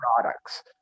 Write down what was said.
products